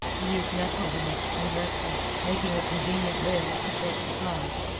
the youth nestled in it and rested, making a convenient rail support the flag.